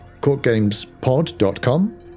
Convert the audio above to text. courtgamespod.com